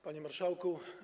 Panie Marszałku!